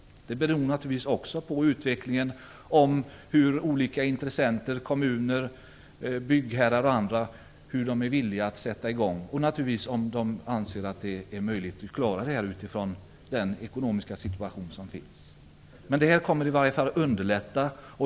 Det beror naturligtvis också på utvecklingen och om olika intressenter - kommuner, byggherrar och andra - är villiga att sätta i gång, och naturligtvis om de anser att det är möjligt att klara det här utifrån den ekonomiska situation som finns. Men det här förslaget kommer i varje fall att underlätta.